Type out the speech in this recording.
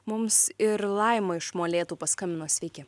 mums ir laima iš molėtų paskambino sveiki